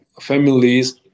families